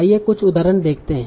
आइए कुछ उदाहरण देखते है